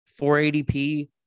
480p